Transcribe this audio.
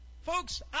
folks